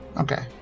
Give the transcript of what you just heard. Okay